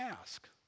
ask